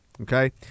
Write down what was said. Okay